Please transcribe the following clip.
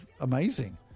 amazing